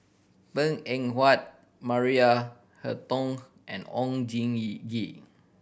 Png Eng Huat Maria Hertogh and Oon Jin Yee Gee